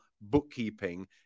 bookkeeping